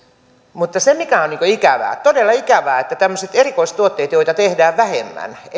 mutta se mikä on ikävää todella ikävää on se että tämmöisten erikoistuotteiden joita tehdään vähemmän